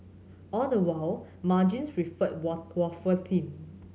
all the while margins refer wafer thin